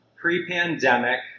pre-pandemic